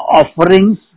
offerings